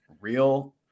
real